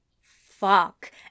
Fuck